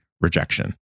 rejection